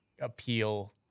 appeal